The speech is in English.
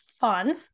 fun